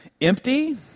empty